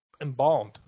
embalmed